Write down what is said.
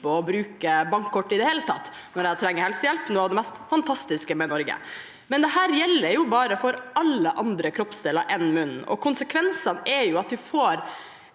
å bruke bankkort i det hele tatt når jeg trenger helsehjelp – noe av det mest fantastiske med Norge. Men dette gjelder bare for alle andre kroppsdeler enn munnen, og konsekvensene er at vi får